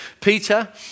Peter